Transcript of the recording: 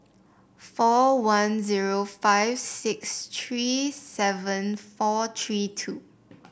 four one zero five six three seven four three two